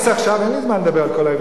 אין לי זמן לדבר על כל ההבדלים בקומוניזם.